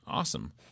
Awesome